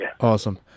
awesome